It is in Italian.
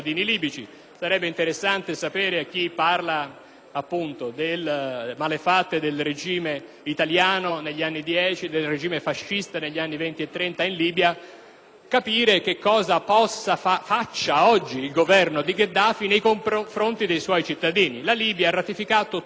parla delle malefatte del regime italiano negli anni '10 e del regime fascista negli anni '20 e '30 in Libia, ricordo che sarebbe interessante sapere cosa faccia oggi il Governo di Gheddafi nei confronti dei suoi cittadini: la Libia ha ratificato tutte le convenzioni internazionali in materia di diritti